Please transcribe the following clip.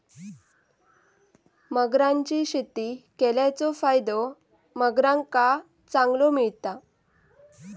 मगरांची शेती केल्याचो फायदो मगरांका चांगलो मिळता